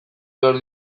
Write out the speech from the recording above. behar